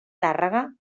tàrrega